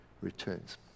returns